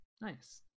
Nice